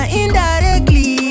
indirectly